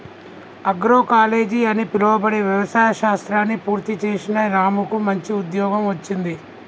agroecology అని పిలువబడే వ్యవసాయ శాస్త్రాన్ని పూర్తి చేసిన రాముకు మంచి ఉద్యోగం వచ్చింది